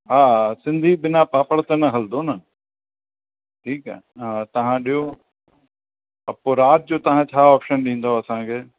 हा सिंधी बिना पापड़ त हलंदो न ठीकु आहे हा तव्हां ॾियो पोइ राति जो तव्हां छा ऑप्शन ॾींदव असांखे